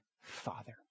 father